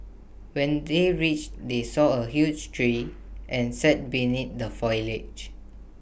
when they reached they saw A huge tree and sat beneath the foliage